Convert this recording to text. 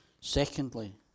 Secondly